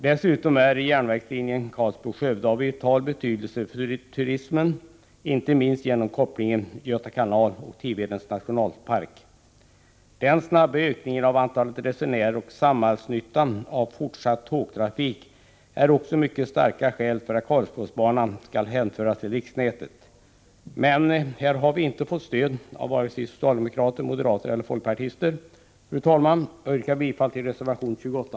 Dessutom är järnvägslinjen Karlsborg-Skövde av vital betydelse för turismen, inte minst genom kopplingen när det gäller Göta kanal och Tivedens nationalpark. Den snabba ökningen av antalet resenärer och samhällsnyttan av fortsatt tågtrafik är också mycket starka skäl för att Karlsborgsbanan skall hänföras till riksnätet. Men här har vi inte fått stöd av vare sig socialdemokrater, moderater eller folkpartister. Jag yrkar bifall till reservation 28.